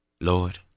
Lord